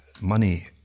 Money